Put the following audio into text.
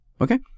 Okay